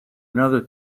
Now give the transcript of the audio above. another